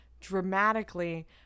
dramatically